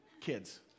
kids